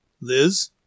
Liz